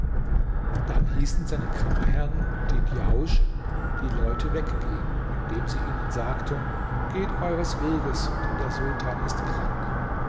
dann hießen seine kammerherrn und die djausch die leute weggehen indem sie ihnen sagten geht eures weges denn der sultan ist krank